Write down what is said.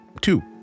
Two